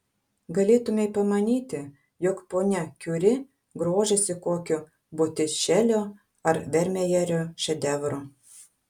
galėtumei pamanyti jog ponia kiuri grožisi kokiu botičelio ar vermejerio šedevru